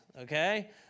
Okay